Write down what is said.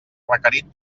requerit